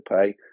pay